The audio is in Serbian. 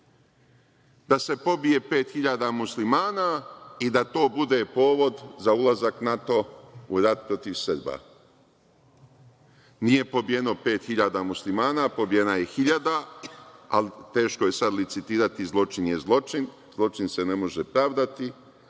da se pobije pet hiljada muslimana i da to bude povod za ulazak NATO u rat protiv Srba. Nije pobijeno pet hiljada muslimana, pobijena je hiljada, ali teško je sada licitirati. Zločin je zločin. Zločin se ne može pravdati,